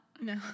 no